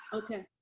okay.